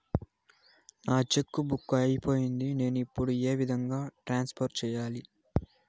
నా cheque book అయిపోయింది నేను ఇప్పుడు ఏ విధంగా ట్రాన్స్ఫర్ సేయాలి?